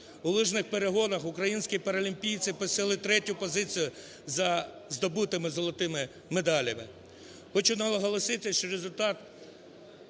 У лижних перегонах українські паралімпійці посіли третю позицію за здобутими золотими медалями.